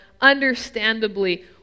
understandably